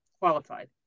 qualified